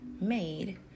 made